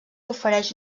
ofereix